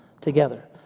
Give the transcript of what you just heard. together